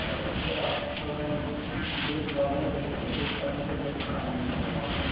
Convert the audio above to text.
okay آپ juice corner دیکھیں گے جوس کارنر کے جسٹ سامنے مِلے گا آپ کو